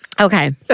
Okay